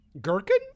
Gherkin